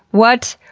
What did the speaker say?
what?